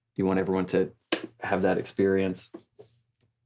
you want everyone to have that experience.